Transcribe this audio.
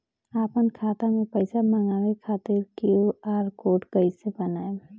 आपन खाता मे पईसा मँगवावे खातिर क्यू.आर कोड कईसे बनाएम?